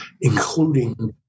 including